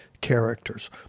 characters